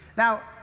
now,